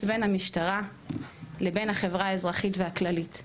בין המשטרה לבין החברה האזרחית והכללית.